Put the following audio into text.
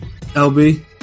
LB